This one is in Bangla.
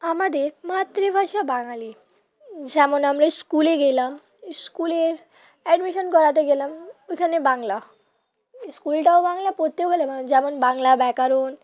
আমাদের মাতৃভাষা বাংলা যেমন আমরা এই স্কুলে গেলাম স্কুলের অ্যাডমিশন করাতে গেলাম ওইখানে বাংলা স্কুলটাও বাংলা পড়তেও গেলে বাংলা যেমন বাংলা ব্যাকরণ